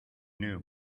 new